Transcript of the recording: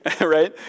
right